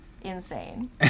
Insane